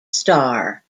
star